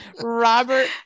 Robert